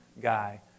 guy